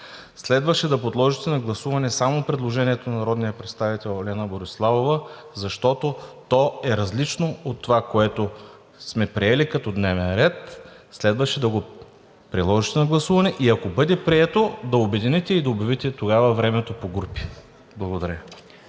Следваше да подложите на гласуване само предложението на народния представител Лена Бориславова, защото то е различно от това, което сме приели като дневен ред. Следваше да го подложите на гласуване и ако бъде прието, тогава да обедините и да обявите времето по групи. Благодаря